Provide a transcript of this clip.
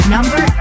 Number